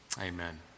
Amen